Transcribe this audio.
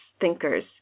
thinkers